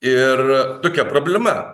ir tokia problema